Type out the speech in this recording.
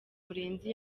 murenzi